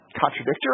contradictory